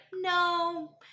no